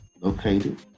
located